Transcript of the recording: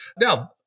Now